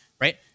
right